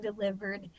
delivered